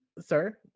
sir